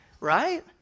right